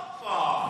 הופה.